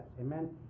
amen